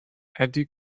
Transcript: eddy